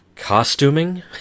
costuming